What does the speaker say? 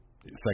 second